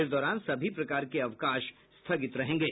इस दौरान सभी प्रकार के अवकाश स्थगित रहेंगे